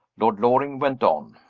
lord loring went on.